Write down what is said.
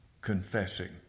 Confessing